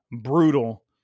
brutal